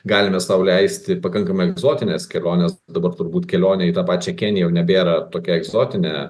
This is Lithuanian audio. galime sau leisti pakankamai egzotines keliones dabar turbūt kelionė į tą pačią keniją jau nebėra tokia egzotinė